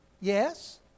Yes